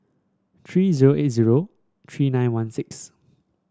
three zero eight zero three nine one six